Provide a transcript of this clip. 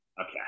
Okay